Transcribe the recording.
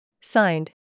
Signed